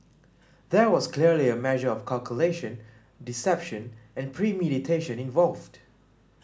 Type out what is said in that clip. there was clearly a measure of calculation deception and premeditation involved